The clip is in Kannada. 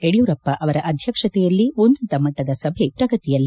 ಯಡಿಯೂರಪ್ಪ ಅವರ ಅಧ್ಯಕ್ಷತೆಯಲ್ಲಿ ಉನ್ನತ ಮಟ್ಟದ ಸಭೆ ಪ್ರಗತಿಯಲ್ಲಿ